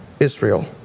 Israel